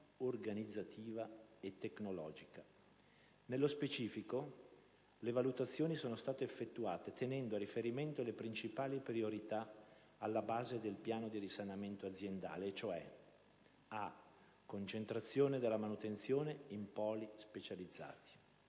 organizzativa e tecnologica. Nello specifico, le valutazioni sono state effettuate tenendo a riferimento le principali priorità alla base del piano di risanamento aziendale e cioè: concentrazione della manutenzione in poli specializzati;